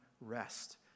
rest